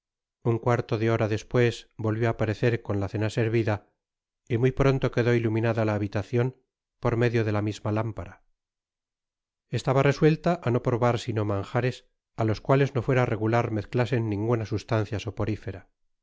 un cuarto de hora despues volvió á aparecer con la cena servida y muy pronto quedó iluminada la habitacion por medio de la misma lámpara content from google book search generated at estaba resuelta á no probar sino manjares á los cuales no fuera regular mezclasen ninguna substancia